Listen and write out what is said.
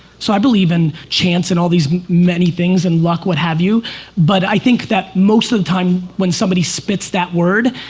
so i believe in chance and all these many things and luck would have you but i think that most of the time when somebody spits that word,